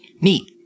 Neat